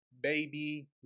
Baby